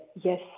yes